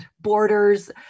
borders